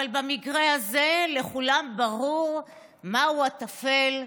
אבל במקרה הזה לכולם ברור מהו הטפל,